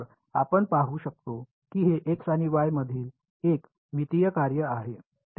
तर आपण पाहू शकतो की हे x आणि y मधील एक मितीय कार्य आहे